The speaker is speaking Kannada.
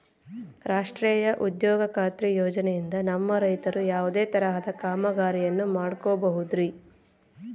ರಾಷ್ಟ್ರೇಯ ಉದ್ಯೋಗ ಖಾತ್ರಿ ಯೋಜನೆಯಿಂದ ನಮ್ಮ ರೈತರು ಯಾವುದೇ ತರಹದ ಕಾಮಗಾರಿಯನ್ನು ಮಾಡ್ಕೋಬಹುದ್ರಿ?